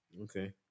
okay